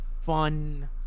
fun